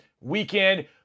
weekend